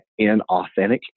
inauthentic